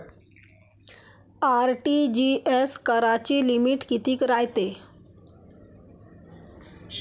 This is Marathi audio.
आर.टी.जी.एस कराची लिमिट कितीक रायते?